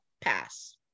pass